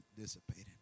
dissipated